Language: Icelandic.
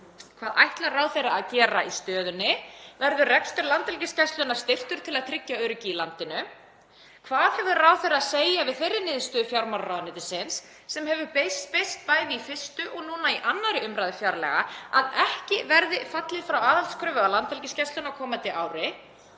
Hvað ætlar ráðherra að gera í stöðunni? Verður rekstur Landhelgisgæslunnar styrktur til að tryggja öryggi í landinu? Hvað hefur ráðherra að segja við þeirri niðurstöðu fjármálaráðuneytisins sem hefur birst bæði í 1. og núna í 2. umræðu fjárlaga, að ekki verði fallið frá aðhaldskröfu á Landhelgisgæsluna á komandi ári?